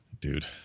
dude